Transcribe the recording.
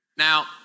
Now